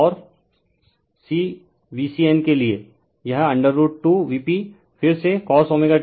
और cVCN के लिए यह √2Vp फिर से cosω t 120 o होगा